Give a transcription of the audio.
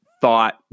thought